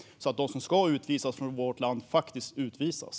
Det handlar om att de som ska utvisas från vårt land faktiskt utvisas.